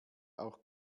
auch